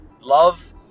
love